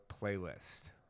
playlist